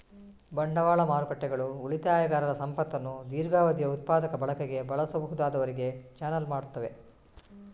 ಬಂಡವಾಳ ಮಾರುಕಟ್ಟೆಗಳು ಉಳಿತಾಯಗಾರರ ಸಂಪತ್ತನ್ನು ದೀರ್ಘಾವಧಿಯ ಉತ್ಪಾದಕ ಬಳಕೆಗೆ ಬಳಸಬಹುದಾದವರಿಗೆ ಚಾನಲ್ ಮಾಡುತ್ತವೆ